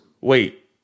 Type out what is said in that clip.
wait